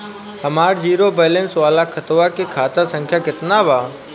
हमार zero balance वाला खतवा के खाता संख्या केतना बा?